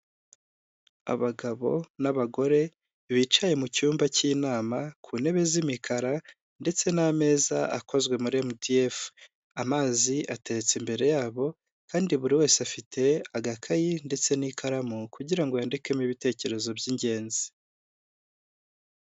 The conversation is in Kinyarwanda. Abagabo n'abagore, bicaye mu cyumba cy'inama, ku ntebe z'imikara, ndetse n'ameza akozwe muri MDF, amazi atetse imbere yabo, kandi buri wese afite agakayi, ndetse n'ikaramu, kugira ngo yandikemo ibitekerezo by'ingenzi.